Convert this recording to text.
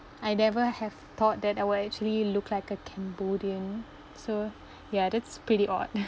I never have thought that I would actually look like a cambodian so ya that's pretty odd